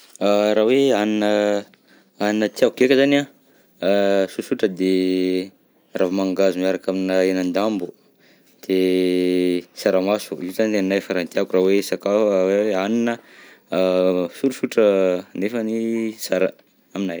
Raha hoe hanina hanina tiako ndreka zany an, a tsotsotra de ravi-mangahazo miaraka aminà henan-dambo, de saramaso, io zany ny anahy farany tiako raha hoe saka- hoe hanina a sosotra nefany sara aminahy.